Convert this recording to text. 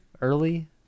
early